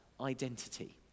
identity